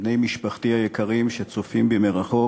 בני משפחתי היקרים שצופים בי מרחוק,